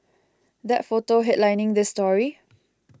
that photo headlining this story